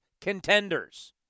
contenders